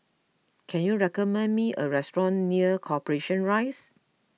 can you recommend me a restaurant near Corporation Rise